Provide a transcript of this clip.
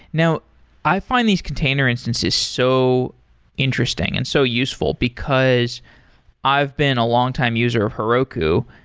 now i find these container instances so interesting and so useful, because i've been a longtime user of heroku,